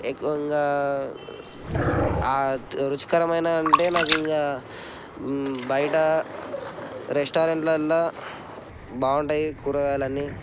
egg ఇంకా రుచికరమైన అంటే నాకు ఇంకా బయట రెస్టారెంట్లల్లా బాగుంటాయి కూగాయాలన్ని